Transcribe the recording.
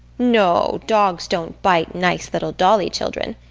no, dogs don't bite nice little dolly children.